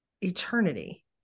eternity